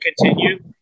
continue